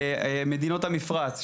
ממדינות המפרץ,